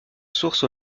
source